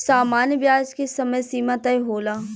सामान्य ब्याज के समय सीमा तय होला